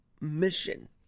mission